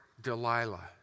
Delilah